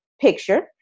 picture